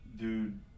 dude